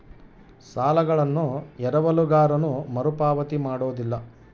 ಸಾಲಗಳನ್ನು ಎರವಲುಗಾರನು ಮರುಪಾವತಿ ಮಾಡೋದಿಲ್ಲ